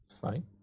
Fine